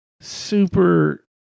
super